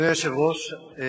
אדוני היושב-ראש,